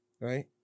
right